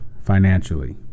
financially